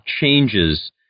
changes